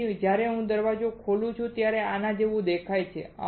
તેથી જ્યારે હું દરવાજો ખોલું છું ત્યારે તે આના જેવો દેખાય છે